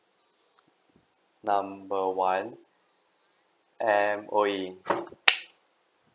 number one M_O_E